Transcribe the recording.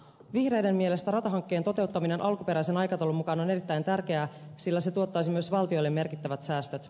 vihreiden mielestä ratahankkeen toteuttaminen alkuperäisen aikataulun mukaan on erittäin tärkeää sillä se tuottaisi myös valtiolle merkittävät säästöt